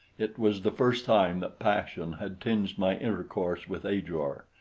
it was the first time that passion had tinged my intercourse with ajor.